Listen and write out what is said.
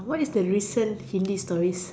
what is the recent Hindi stories